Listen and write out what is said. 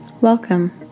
Welcome